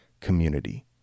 community